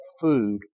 food